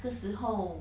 这时候